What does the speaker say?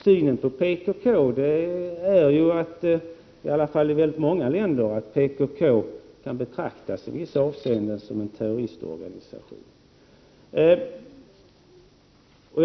Synen på PKK är ju, i varje fall i väldigt många länder, att det i vissa avseenden kan betraktas som en terroristorganisation.